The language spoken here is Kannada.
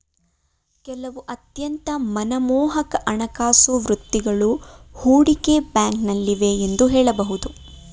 ಕೆಲವು ಅತ್ಯಂತ ಮನಮೋಹಕ ಹಣಕಾಸು ವೃತ್ತಿಗಳು ಹೂಡಿಕೆ ಬ್ಯಾಂಕ್ನಲ್ಲಿವೆ ಎಂದು ಹೇಳಬಹುದು